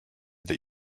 that